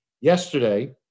Yesterday